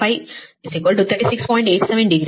87 degree